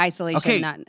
Okay